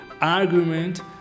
argument